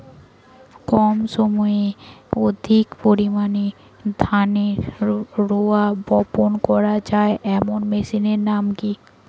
কম সময়ে অধিক পরিমাণে ধানের রোয়া বপন করা য়ায় এমন মেশিনের নাম কি?